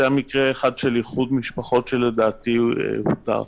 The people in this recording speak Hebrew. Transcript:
היה מקרה אחד של איחוד משפחות שלדעתי הותר.